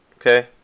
okay